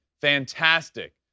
Fantastic